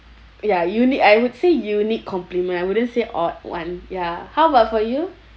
ya unique I would say unique compliment I wouldn't say odd [one] ya how about for you